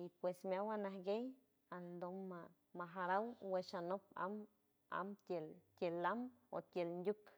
y pues meawand nanguey andon ma majaraw guashanok am am tield kield land o kiel unyuj.